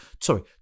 sorry